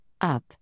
Up